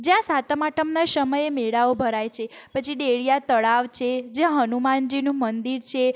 જ્યાં સાતમ આઠમના સમયે મેળાઓ ભરાય છે પછી દેડીયા તળાવ છે જ્યાં હનુમાનજીનું મંદિર છે